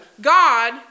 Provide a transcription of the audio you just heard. God